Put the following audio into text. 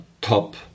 top